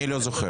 אני לא זוכר.